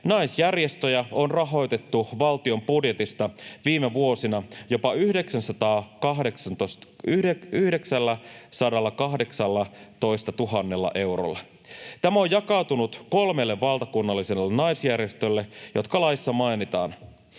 naisjärjestöjä on rahoitettu valtion budjetista viime vuosina jopa 918 000 eurolla. Tämä on jakautunut kolmelle valtakunnalliselle naisjärjestölle, jotka laissa mainitaan.